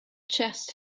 chest